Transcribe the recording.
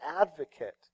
advocate